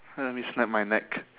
let me snap my neck